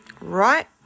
right